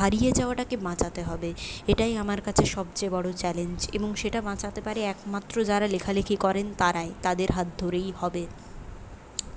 হারিয়ে যাওয়াটাকে বাঁচাতে হবে এটাই আমার কাছে সবচেয়ে বড়ো চ্যালেঞ্জ এবং সেটা বাঁচাতে পারে একমাত্র যারা লেখালিখি করেন তারাই তাদের হাত ধরেই হবে